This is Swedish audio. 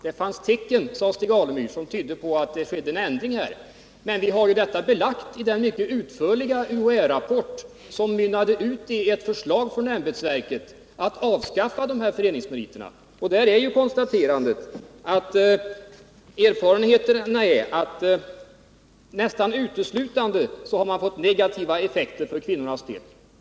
Det fanns tecken, sade Stig Alemyr, som tyder på att det har skett en ändring här. Men vi har detta belagt i den mycket utförliga UHÄ rapporten, som mynnade ut i ett förslag från ämbetsverket att avskaffa de här föreningsmeriterna. Det konstateras att erfarenheterna är att man nästan uteslutande har fått negativa effekter för kvinnornas del.